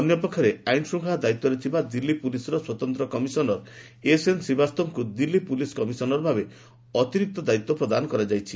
ଅନ୍ୟପକ୍ଷରେ ଆଇନ୍ଶୃଙ୍ଖଳା ଦାୟିତ୍ୱରେ ଥିବା ଦିଲ୍ଲୀ ପୁଲିସର ସ୍ୱତନ୍ତ୍ର କମିଶନର ଏସ୍ଏନ୍ ଶ୍ରୀବାସ୍ତଙ୍କୁ ଦିଲ୍ଲୀ ପୁଲିସ କମିଶନର ଭାବେ ଅତିରିକ୍ତ ଦାୟିତ୍ୱ ପ୍ରଦାନ କରାଯାଇଛି